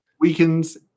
weakens